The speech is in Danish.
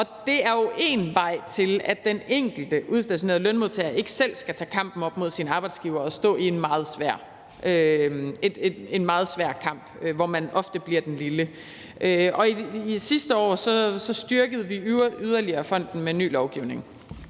Det er jo én vej til, at den enkelte udstationerede lønmodtager ikke selv skal tage kampen op mod sin arbejdsgiver og stå i en meget svær kamp, hvor man ofte bliver den lille. Sidste år styrkede vi yderligere fonden med ny lovgivning,